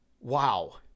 Wow